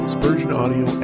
SpurgeonAudio